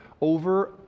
over